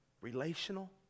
relational